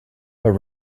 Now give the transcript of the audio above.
but